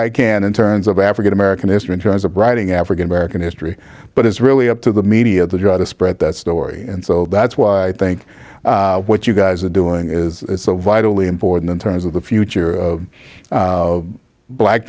i can in terms of african american history in terms of writing african american history but it's really up to the media to try to spread that story and so that's why i think what you guys are doing is so vitally important in terms of the future of black